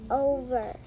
over